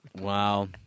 Wow